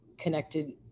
connected